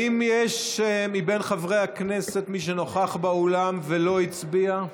האם יש מבין חברי הכנסת מי שנוכח באולם ולא הצביע?